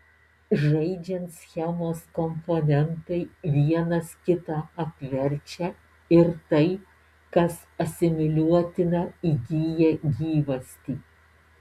žaidžiant schemos komponentai vienas kitą apverčia ir tai kas asimiliuotina įgyja gyvastį